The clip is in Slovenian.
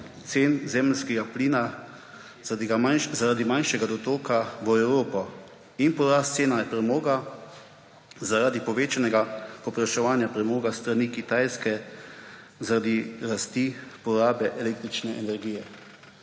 cen zemeljskega plina zaradi manjšega dotoka v Evropo in porast cen premoga zaradi povečanega povpraševanja premoga s strani Kitajske zaradi rasti porabe električne energije.